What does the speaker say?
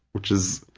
which is